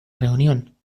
reunión